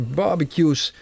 barbecues